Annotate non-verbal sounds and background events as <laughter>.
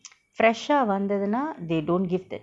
<noise> fresh ah வந்ததுனா:vandthathuna they don't give that